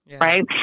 right